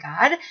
God